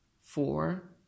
Four